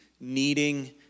needing